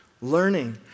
Learning